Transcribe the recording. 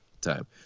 time